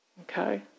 Okay